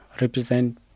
represent